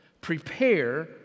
Prepare